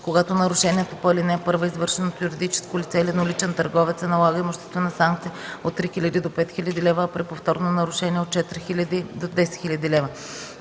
Когато нарушението по ал. 1 е извършено от юридическо лице или едноличен търговец, се налага имуществена санкция от 3000 до 5000 лв., а при повторно нарушение – от 4000 до 10 000 лв.”